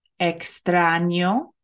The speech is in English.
Extraño